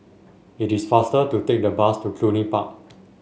it is faster to take the bus to Cluny Park